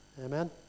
Amen